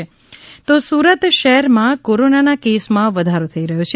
Surat commissioner appeal Surat શહેરમાં કોરોનાના કેસમાં વધારો થઈ રહ્યો છે